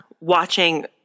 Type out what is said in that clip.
watching